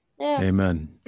Amen